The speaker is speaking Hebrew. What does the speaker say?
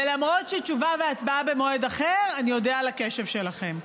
ולמרות שתשובה והצבעה במועד אחר אני אודה לקשב שלכם.